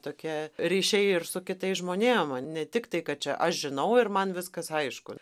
tokie ryšiai ir su kitais žmonėm ne tik tai kad čia aš žinau ir man viskas aišku